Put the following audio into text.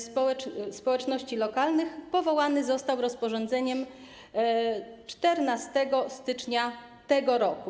społeczności lokalnych powołany został rozporządzeniem z 14 stycznia tego roku.